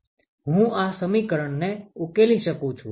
હું આ સમીકરણને ઉકેલી શકું છું